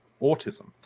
autism